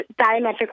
diametric